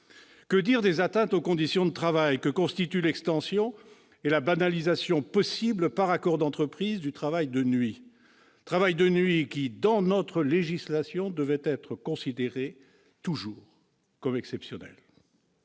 Que dire des atteintes aux conditions de travail que constituent l'extension et la banalisation possible par accord d'entreprise du travail de nuit, lequel, aux termes de notre législation, doit toujours être considéré comme exceptionnel